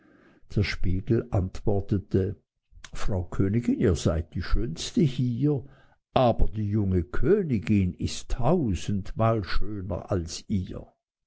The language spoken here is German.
land so antwortete er frau königin ihr seid die schönste hier aber sneewittchen ist tausendmal schöner als ihr